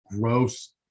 gross